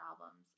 albums